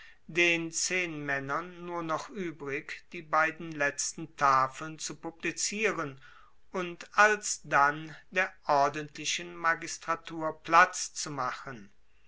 den zehnmaennern nur noch uebrig die beiden letzten tafeln zu publizieren und alsdann der ordentlichen magistratur platz zu machen